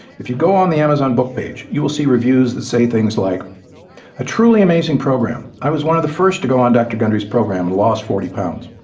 if you go on the amazon book page, you will see reviews that say things like a truly amazing program. i was one of the first to go on dr. gundry's program and lost forty pounds.